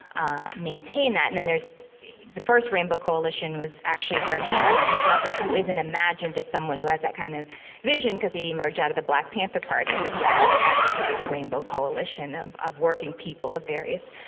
ah, maintain that. and then there's the first rainbow coalition was actually fred hampton, who doesn't who isn't imagined as someone who has that kind of vision, because he emerged out of the black panther party. but he actually advocated a rainbow coalition of of working people, of various,